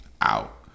out